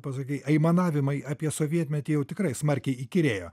pasakei aimanavimai apie sovietmetį jau tikrai smarkiai įkyrėjo